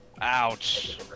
Ouch